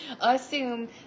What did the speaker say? assume